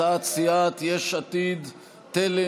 הצעת סיעת יש עתיד-תל"ם,